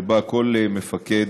שבה כל מפקד